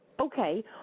okay